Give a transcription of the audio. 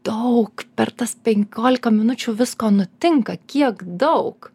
daug per tas penkiolika minučių visko nutinka kiek daug